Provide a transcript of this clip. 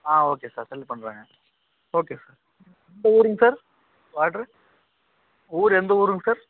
ஆ okay sir send பண்ணுறேங்க okay sir எந்த ஊருங்க சார் வாட்டரு ஊர் எந்த ஊருங்க சார்